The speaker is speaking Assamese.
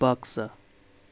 বাক্সা